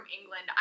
England